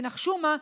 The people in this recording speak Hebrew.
כי נחשו מה?